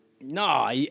No